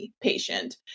patient